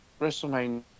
WrestleMania